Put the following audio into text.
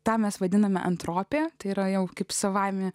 tą mes vadiname antropė tai yra jau kaip savaime